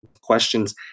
questions